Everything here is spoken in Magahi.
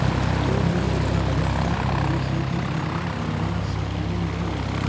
तु बिल का भुगतान भी सीधा जमा करवा सकलु हे